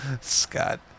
Scott